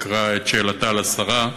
אקרא את שאלתה לשרה.